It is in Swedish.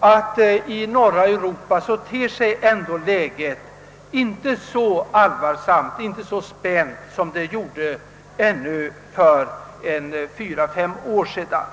att läget i Nordeuropa ändå inte ter sig så allvarligt och spänt som det gjorde ännu för fyra—fem år sedan.